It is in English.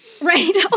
Right